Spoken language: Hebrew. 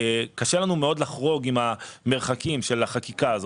קשה לנו מאוד לחרוג עם המרחקים של החקיקה הזאת.